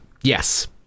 yes